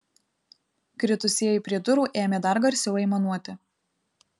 kritusieji prie durų ėmė dar garsiau aimanuoti